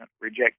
reject